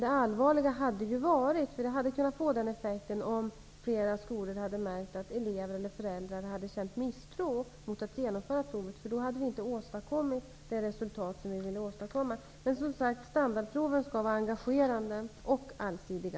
Det allvarliga hade ju varit om effekten hade blivit att flera skolor hade märkt att elever eller föräldrar hade känt misstro mot att provet genomfördes, för då hade vi inte uppnått önskat resultat. Men, som sagt, standardproven skall vara engagerande och allsidiga.